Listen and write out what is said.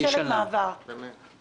אבל אני אניח רגע לעניין הזה.